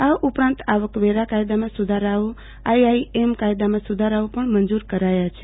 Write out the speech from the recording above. આ ઉપરાંત આવકવેરા કાયદામાં સુધારાઓ આઇઆઇએમ કાયદામાં સુધારાઓ પણ મં જુર કરાયા છે